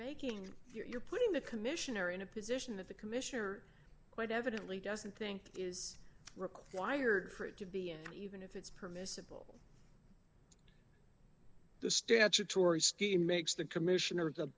making you're putting the commissioner in a position of the commissioner quite evidently doesn't think is required for it to be and even if it's permissible the statutory scheme makes the commissioner